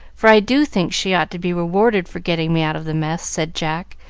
for i do think she ought to be rewarded for getting me out of the mess, said jack,